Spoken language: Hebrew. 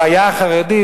הבעיה החרדית,